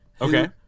okay